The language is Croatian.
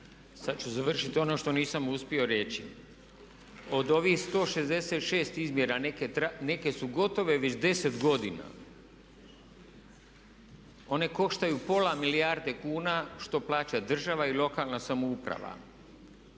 Sad ću završiti ono što nisam uspio reći. Od ovih 166 izmjera neke su gotove već 10 godina. One koštaju pola milijarde kuna što plaća država i lokalna samouprava.